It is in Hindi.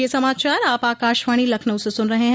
ब्रे क यह समाचार आप आकाशवाणी लखनऊ से सुन रहे हैं